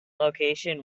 location